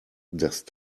desk